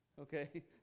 Okay